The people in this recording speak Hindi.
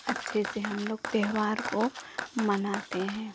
अच्छे से हम लोग त्योहार को मनाते हैं